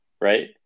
right